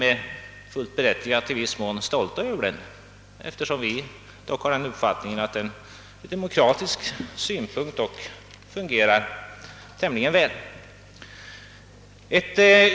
Enligt vår uppfattning fungerar skolan ur demokratisk synpunkt tämligen väl.